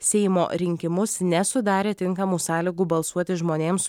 seimo rinkimus nesudarė tinkamų sąlygų balsuoti žmonėms